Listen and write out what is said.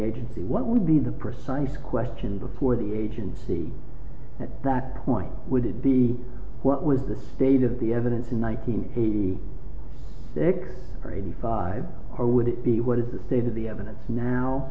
agency what would be the precise question before the agency at that point would it be what was the state of the evidence in one thousand nine hundred eighty sick or eighty five or would it be what is the state of the evidence now